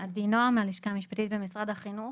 עדי נועם מהלשכה המשפטית במשרד החינוך.